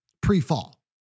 pre-fall